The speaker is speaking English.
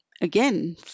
again